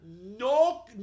No